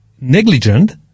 negligent